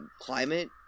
climate